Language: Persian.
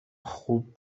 خوب